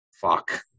Fuck